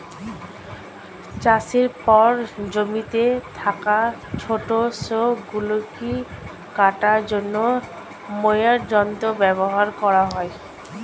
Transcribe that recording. চাষের পর জমিতে থাকা ছোট শস্য গুলিকে কাটার জন্য মোয়ার যন্ত্র ব্যবহার করা হয়